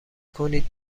کنید